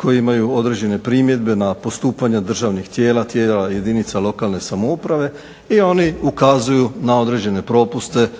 koji imaju određene primjedbe na postupanje državnih tijela, tijela jedinica lokalne samouprave i oni ukazuju na određene propuste, oni